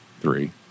three